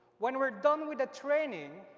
when we're done with the training,